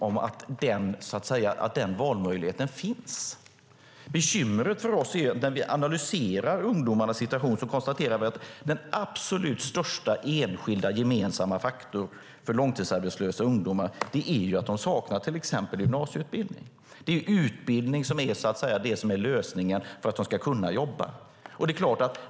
Det är ett konstigt resonemang från arbetsmarknadsministern som sänder felaktiga signaler. Bekymret för oss är att när vi analyserar ungdomarnas situation konstaterar vi att den absolut största enskilda, gemensamma faktorn för långtidsarbetslösa ungdomar är att de saknar till exempel gymnasieutbildning. Det är utbildning som är lösningen för att de ska kunna jobba.